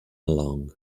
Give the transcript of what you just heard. along